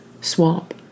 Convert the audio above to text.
Swamp